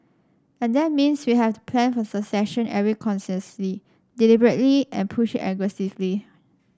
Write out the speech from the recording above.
and that means we have to plan for succession very consciously deliberately and push it aggressively